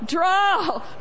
Draw